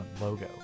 logo